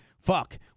fuck